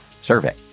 survey